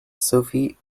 sophie